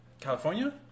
California